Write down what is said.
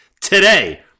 Today